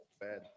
Bad